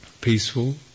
peaceful